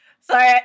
Sorry